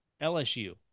LSU